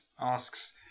asks